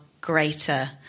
greater